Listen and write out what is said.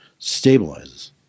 stabilizes